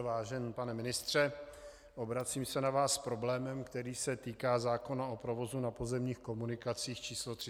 Vážený pane ministře, obracím se na vás s problémem, který se týká zákona o provozu na pozemních komunikacích č. 361/2000 Sb.